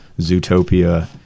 Zootopia